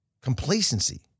Complacency